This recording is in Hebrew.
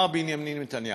מר בנימין נתניהו.